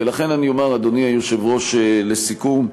ולכן אני אומר, אדוני היושב-ראש, לסיכום,